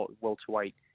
welterweight